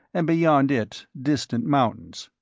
and beyond it distant mountains.